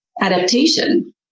adaptation